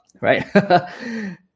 right